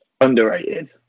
Underrated